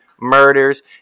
Murders